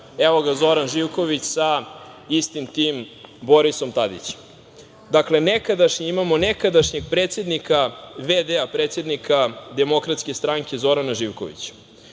evo ga Zoran Živković sa istim tim Borisom Tadićem. Dakle, imamo nekadašnjeg predsednika, v.d. predsednika Demokratske stranke Zorana Živkovića